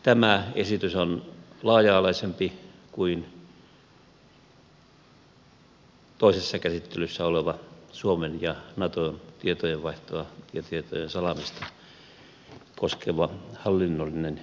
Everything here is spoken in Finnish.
tämä esitys on laaja alaisempi kuin toisessa käsittelyssä oleva suomen ja naton tietojen vaihtoa ja tietojen salaamista koskeva hallinnollinen järjestely